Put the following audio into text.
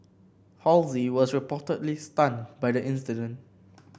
Halsey was reportedly stunned by the incident